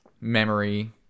memory